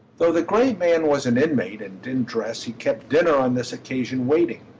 though the great man was an inmate and didn't dress, he kept dinner on this occasion waiting,